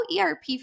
ERP